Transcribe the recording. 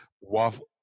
waffle